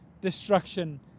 destruction